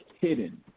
hidden